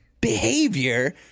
behavior